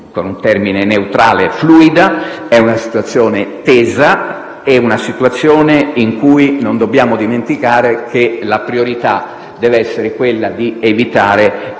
con un termine neutrale, fluida; è una situazione tesa, in cui non dobbiamo dimenticare che la priorità deve essere quella di evitare